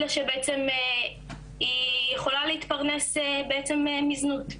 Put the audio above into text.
לה שבעצם היא יכולה להתפרנס בעצם מזנות,